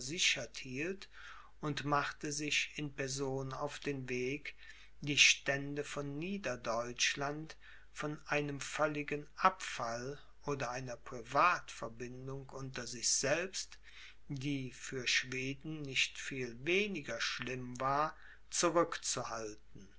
hielt und machte sich in person auf den weg die stände von niederdeutschland von einem völligen abfall oder einer privatverbindung unter sich selbst die für schweden nicht viel weniger schlimm war zurückzuhalten